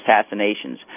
assassinations